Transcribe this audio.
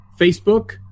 Facebook